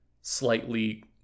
slightly